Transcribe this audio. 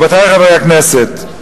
רבותי חברי הכנסת,